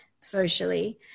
socially